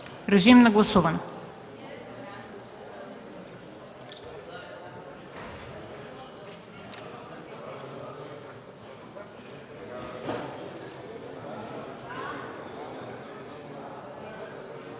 Режим на гласуване.